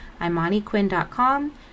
ImaniQuinn.com